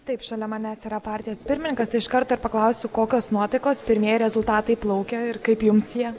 taip šalia manęs yra partijos pirmininkas iš karto ir paklausiu kokios nuotaikos pirmieji rezultatai plaukia ir kaip jums jie